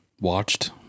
watched